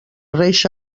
reixa